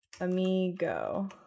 Amigo